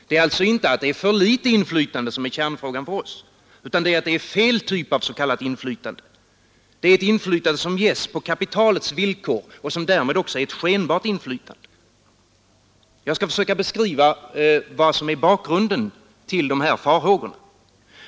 Det är alltså inte att det är för litet inflytande som är kärnfrågan för oss, utan det är att det är fel typ av s.k. inflytande — ett inflytande som ges på kapitalets villkor och som därmed också är ett skenbart inflytande. Jag skall försöka beskriva vad som är bakgrunden till de här farhågorna.